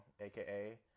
aka